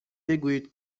بگویید